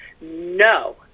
No